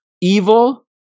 evil